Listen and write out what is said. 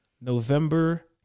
November